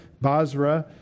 Basra